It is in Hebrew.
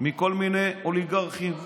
מכל מיני אוליגרכים ועשירים.